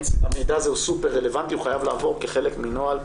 המידע הזה הוא סופר-רלוונטי והוא חייב לעבור כחלק מנוהל.